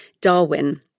Darwin